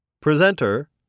Presenter